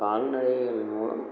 கால்நடைகள் மூலம்